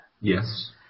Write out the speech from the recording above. Yes